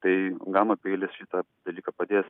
tai gama peilis šitą dalyką padės